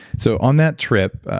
so on that trip,